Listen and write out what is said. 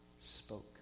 spoke